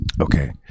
Okay